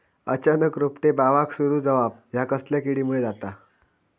अचानक रोपटे बावाक सुरू जवाप हया कसल्या किडीमुळे जाता?